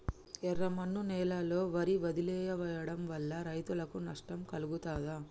ఎర్రమన్ను నేలలో వరి వదిలివేయడం వల్ల రైతులకు నష్టం కలుగుతదా?